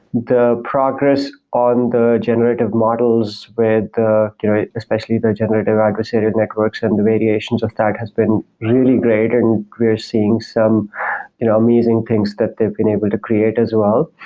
the progress on the generative models with the especially the generative adversarial networks and the variations of that has been really great and we're seeing some you know amazing things that they've been able to create as well.